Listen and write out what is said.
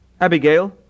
Abigail